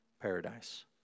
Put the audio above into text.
paradise